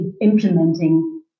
implementing